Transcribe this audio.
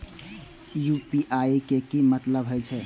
UPI के की मतलब हे छे?